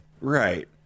Right